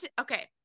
Okay